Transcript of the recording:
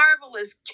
marvelous